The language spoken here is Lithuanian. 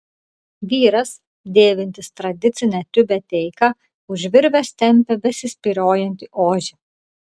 vyras dėvintis tradicinę tiubeteiką už virvės tempia besispyriojantį ožį